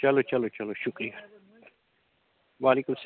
چلو چلو چلو شُکریہ وعلیکُم سہ